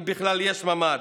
אם בכלל יש ממ"ד,